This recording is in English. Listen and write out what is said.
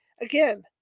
Again